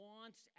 wants